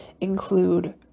include